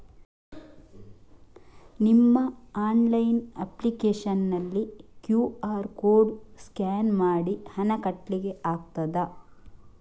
ನಿಮ್ಮ online application ನಲ್ಲಿ QR code scan ಮಾಡಿ ಹಣ ಕಟ್ಲಿಕೆ ಆಗ್ತದ?